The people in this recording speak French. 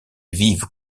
vives